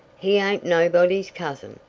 he ain't nobody's cousin.